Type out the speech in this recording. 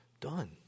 done